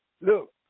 Look